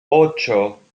ocho